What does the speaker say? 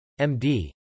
MD